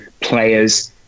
players